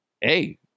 hey